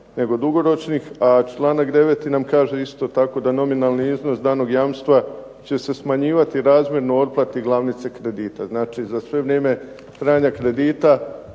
nego dugoročnih. A članak 9. nam kaže isto tako da nominalni iznos danog jamstva će se smanjivati razmjerno otplati glavnice kredita. Znači, za sve vrijeme trajanja kredita